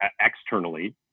externally